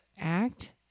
act